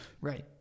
Right